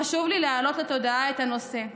חשוב לי להעלות לתודעה את הנושא.